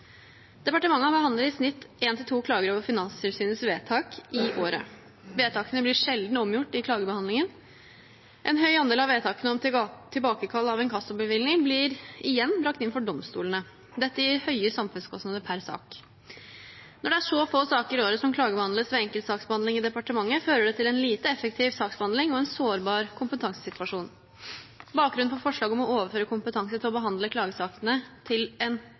i snitt én til to klager over Finanstilsynets vedtak i året. Vedtakene blir sjelden omgjort i klagebehandlingen. En høy andel av vedtakene om tilbakekall av inkassobevilling blir igjen brakt inn for domstolene. Dette gir høye samfunnskostnader per sak. Når det er så få saker i året som klagebehandles ved enkeltsaksbehandling i departementet, fører det til en lite effektiv saksbehandling og en sårbar kompetansesituasjon. Dette er bakgrunnen for forslaget om å overføre kompetansen til å behandle klagesakene til en